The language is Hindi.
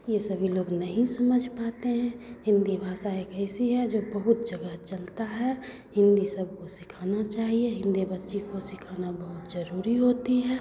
ये सभी लोग नहीं समझ पाते हैं हिन्दी भाषा एक ऐसी है जो बहुत जगह चलता है हिन्दी सबको सिखाना चाहिए हिन्दी बच्ची को सिखाना बहुत ज़रूरी होती है